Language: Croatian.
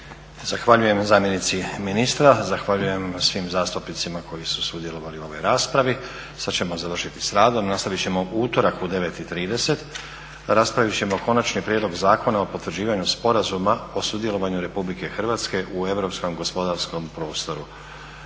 Zahvaljujem zamjenici ministra. Zahvaljujem svim zastupnicima koji su sudjelovali u ovoj raspravi. Sad ćemo završiti sa radom. Nastavit ćemo u utorak u 9,30. Raspravit ćemo konačni prijedlog Zakona o potvrđivanju sporazuma o sudjelovanju RH u europskom gospodarskom prostoru.